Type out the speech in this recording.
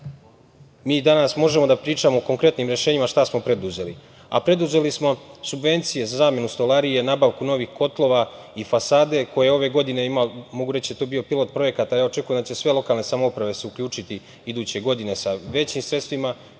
danas možemo da pričamo o konkretnim rešenjima šta smo preduzeli, a preduzeli smo subvencije za zamenu stolarije, nabavku novih kotlova i fasade koje ove godine, mogu reći da je to bio pilot projekata, ali ja očekujem da će sve lokalne samouprave se uključiti iduće godine sa većim sredstvima.